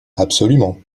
absolument